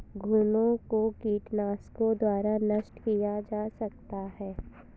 घुनो को कीटनाशकों द्वारा नष्ट किया जा सकता है